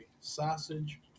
Sausage